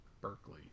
Berkeley